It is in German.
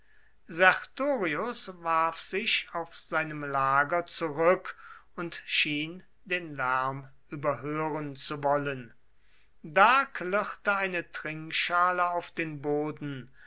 sertorius warf sich auf seinem lager zurück und schien den lärm überhören zu wollen da klirrte eine trinkschale auf den boden